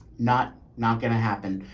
not not going to happen.